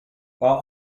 while